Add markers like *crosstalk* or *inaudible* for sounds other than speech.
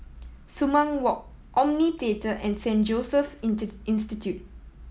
Sumang Walk Omni Theatre and Saint Joseph's *unintelligible* Institute